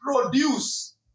produce